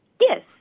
Yes